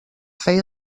feia